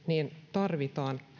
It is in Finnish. tarvitaan